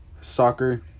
Soccer